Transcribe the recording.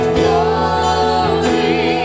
glory